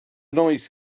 noise